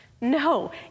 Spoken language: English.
No